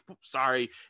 sorry